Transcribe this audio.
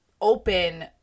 open